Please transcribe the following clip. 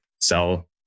sell